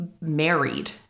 married